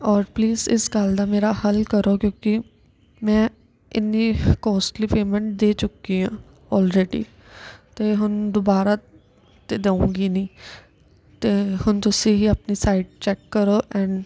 ਔਰ ਪਲੀਜ਼ ਇਸ ਗੱਲ ਦਾ ਮੇਰਾ ਹੱਲ ਕਰੋ ਕਿਉਂਕਿ ਮੈਂ ਇੰਨੀ ਕੋਸਟਲੀ ਪੇਮੈਂਟ ਦੇ ਚੁੱਕੀ ਹਾਂ ਆਲਰੇਡੀ ਅਤੇ ਹੁਣ ਦੁਬਾਰਾ ਤਾਂ ਦਊਂਗੀ ਨਹੀਂ ਅਤੇ ਹੁਣ ਤੁਸੀਂ ਹੀ ਆਪਣੀ ਸਾਈਟ ਚੈੱਕ ਕਰੋ ਐਂਡ